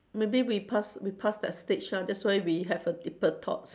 maybe we pass we pass that stage ah that's why we have a deeper thoughts